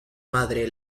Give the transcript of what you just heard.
madre